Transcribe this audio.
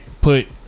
put